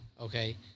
Okay